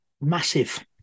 massive